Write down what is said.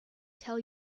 tell